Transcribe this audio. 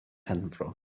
penfro